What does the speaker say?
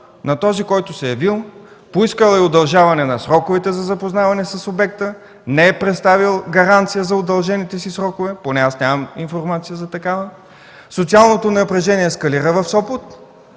На този, който се е явил, поискал е удължаване на сроковете за запознаване с обекта, не е представил гаранция за удължените си срокове – поне аз нямам информация за такава. Социалното напрежение ескалира в Сопот.